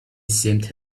seemed